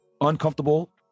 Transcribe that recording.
uncomfortable